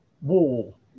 wall